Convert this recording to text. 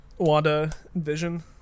WandaVision